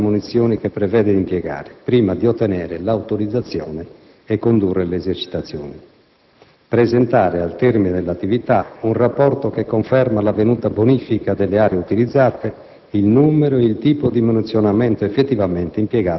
comunicare alla direzione del poligono il tipo di armi e munizioni che prevede di impiegare, prima di ottenere l'autorizzazione e condurre le esercitazioni; presentare, al termine delle attività, un rapporto che conferma l'avvenuta bonifica delle aree utilizzate,